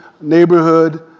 neighborhood